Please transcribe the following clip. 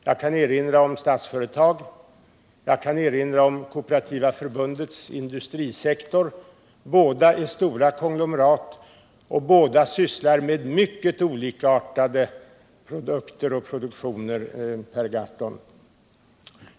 Jag kan erinra om Statsföretag och om Kooperativa Förbundets industrisektor. Båda dessa är stora konglomerat, och båda sysslar med mycket olikartade produkter och produktioner, Per Gahrton.